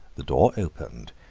the door opened,